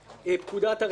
פקודת הראיות